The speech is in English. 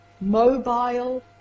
mobile